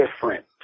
different